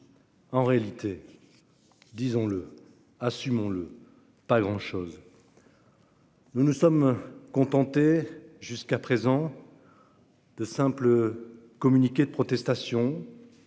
En réalité, disons-le, assumons-le : pas grand-chose ! Nous nous sommes contentés, jusqu'à présent, de simples communiqués de protestation,